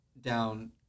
down